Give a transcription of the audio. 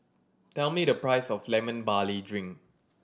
tell me the price of Lemon Barley Drink